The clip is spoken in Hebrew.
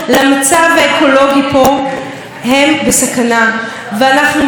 אנחנו מדברים על העברת השגרירות לירושלים והתוצאות שלה,